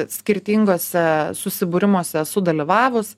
skirtinguose susibūrimuose esu dalyvavus